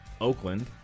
Oakland